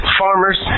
farmers